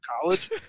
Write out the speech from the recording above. College